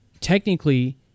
technically